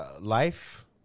life